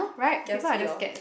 kiasi loh